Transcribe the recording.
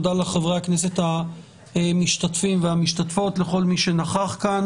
תודה לחברי הכנסת המשתתפים והמשתתפות ולכל מי שנכח כאן